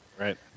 right